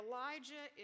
Elijah